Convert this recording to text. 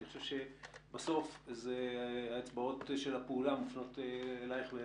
אני חושב שבסוף האצבעות לפעולה מופנות אליכן,